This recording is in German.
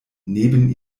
neben